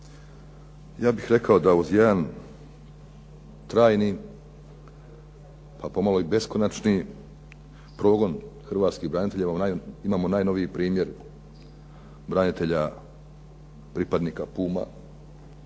ja bih rekao da uz jedan trajni pa pomalo i beskonačni progon Hrvatskih branitelja imamo najnoviji primjer branitelja pripadnika „Puma“